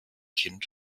kind